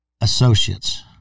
associates